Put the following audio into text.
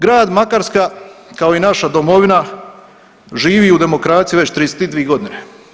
Grad Makarska kao i naša domovina živi u demokraciji već 32 godine.